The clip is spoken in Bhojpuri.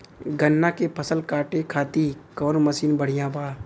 गन्ना के फसल कांटे खाती कवन मसीन बढ़ियां बा?